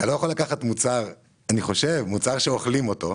אתה לא יכול לקחת מוצר שאוכלים אותו,